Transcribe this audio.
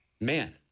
Man